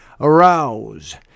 arouse